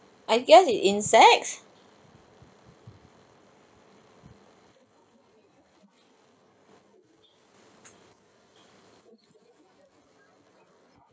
I guess it's insects